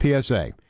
PSA